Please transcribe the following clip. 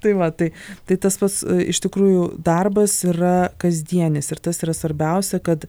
tai va tai tai tas pats iš tikrųjų darbas yra kasdienis ir tas yra svarbiausia kad